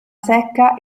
secca